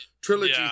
trilogy